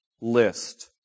list